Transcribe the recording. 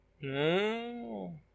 No